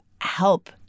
help